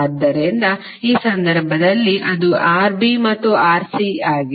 ಆದ್ದರಿಂದ ಈ ಸಂದರ್ಭದಲ್ಲಿ ಅದು Rb ಮತ್ತು Rc ಆಗಿದೆ